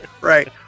Right